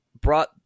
brought